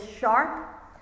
sharp